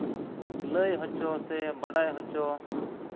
ᱞᱟᱹᱭ ᱦᱚᱪᱚ ᱥᱮ ᱵᱟᱰᱟᱭ ᱦᱚᱪᱚ